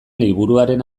liburuaren